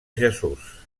jesús